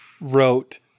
wrote